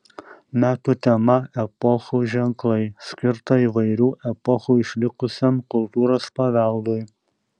metų tema epochų ženklai skirta įvairių epochų išlikusiam kultūros paveldui